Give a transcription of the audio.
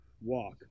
walk